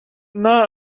not